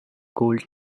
gold